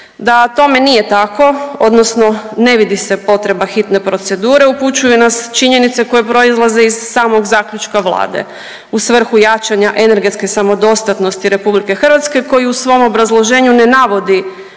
Da tome nije tako odnosno ne vidi se potreba hitne procedure upućuju nas činjenice koje proizlaze iz samog zaključka Vlade u svrhu jačanja energetske samodostatnosti Republike Hrvatske koji u svom obrazloženju ne navodi